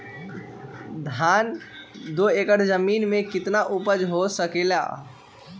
धान दो एकर जमीन में कितना उपज हो सकलेय ह?